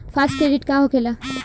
Fast credit का होखेला?